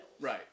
Right